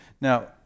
Now